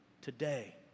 Today